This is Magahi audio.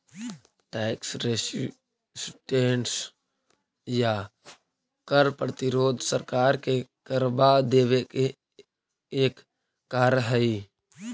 टैक्स रेसिस्टेंस या कर प्रतिरोध सरकार के करवा देवे के एक कार्य हई